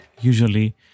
usually